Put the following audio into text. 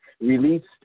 released